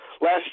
Last